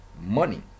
money